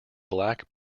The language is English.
black